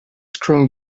screwing